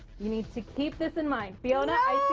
you need to keep this in mind, fiona